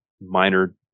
minor